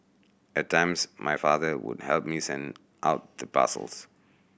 at times my father would help me send out the parcels